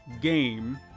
game